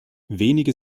wenige